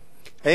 אדוני השר,